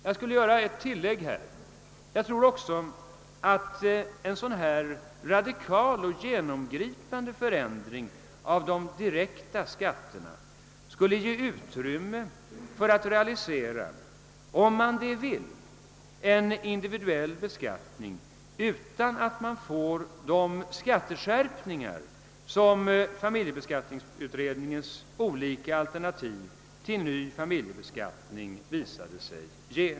Jag tror också att en så radikal och genomgripande förändring av de direkta skatterna skulle, om man så vill, ge utrymme för att realisera en individuell beskattning utan att man får de skatteskärpningar som familjeskatteberedningens olika alternativ till ny familjebeskattning visat sig ge.